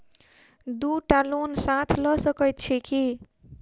दु टा लोन साथ लऽ सकैत छी की?